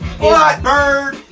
Bird